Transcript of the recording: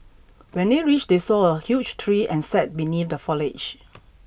when they reached they saw a huge tree and sat beneath the foliage